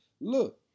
look